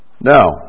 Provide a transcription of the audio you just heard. Now